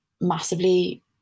massively